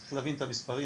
צריך להבין את המספרים,